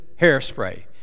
hairspray